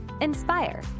inspire